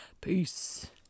Peace